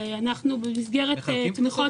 בבקשה.